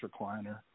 recliner